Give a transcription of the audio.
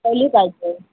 कळली पाहिजे